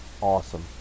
awesome